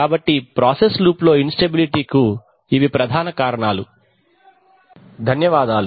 కాబట్టి ప్రాసెస్ లూప్లో instability కు ఇవి ప్రధాన కారణాలు